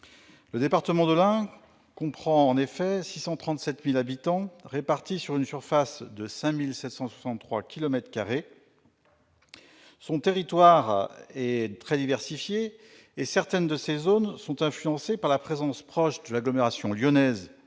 Le département de l'Ain comprend 637 000 habitants répartis sur une surface de 5 763 kilomètres carrés. Son territoire est très diversifié et certaines de ses zones sont influencées par la présence proche de l'agglomération lyonnaise,